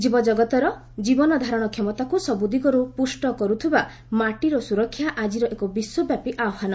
ଜୀବଜଗତର ଜୀବନ ଧାରଣ କ୍ଷମତାକୁ ସବୁଦିଗରୁ ପୁଷ୍ କରୁଥିବା ମାଟିର ସୁରକ୍ଷା ଆଜିର ଏକ ବିଶ୍ୱବ୍ୟାପୀ ଆହ୍ୱାନ